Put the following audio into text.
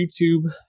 YouTube